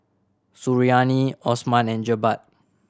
Suriani Osman and Jebat